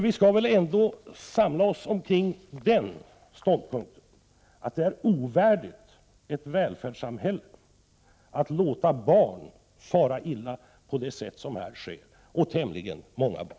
Vi skall väl ändå vara överens om ståndpunkten att det är ovärdigt ett välfärdssamhälle att låta barn fara illa på det sätt som de nu gör. Dessutom gäller det tämligen många barn.